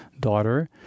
daughter